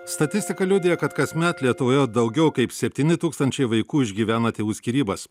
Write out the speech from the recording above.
statistika liudija kad kasmet lietuvoje daugiau kaip septyni tūkstančiai vaikų išgyvena tėvų skyrybas